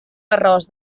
arròs